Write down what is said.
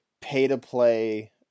pay-to-play